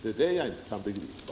Det är det jag inte kan begripa.